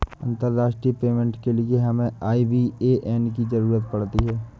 अंतर्राष्ट्रीय पेमेंट के लिए हमें आई.बी.ए.एन की ज़रूरत पड़ती है